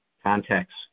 Context